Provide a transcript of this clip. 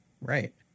Right